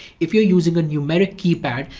if you're using a numeric keypad,